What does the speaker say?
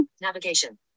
Navigation